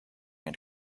had